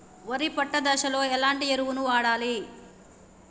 వరి పొట్ట దశలో ఎలాంటి ఎరువును వాడాలి?